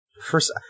first